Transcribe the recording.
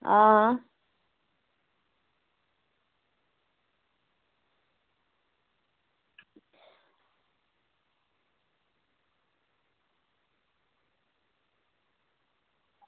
आं